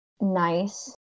nice